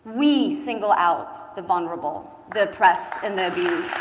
we single out the vulnerable, the oppressed, and the abused.